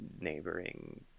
neighboring